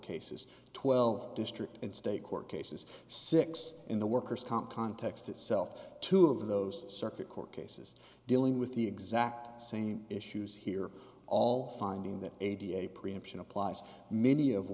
cases twelve district in state court cases six in the worker's comp context itself two of those circuit court cases dealing with the exact same issues here all finding that eighty eight preemption applies many of